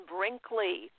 Brinkley